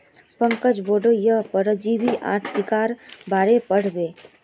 पंकज बोडो हय परजीवी आर टीकार बारेत पढ़ बे